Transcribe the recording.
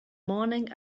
morning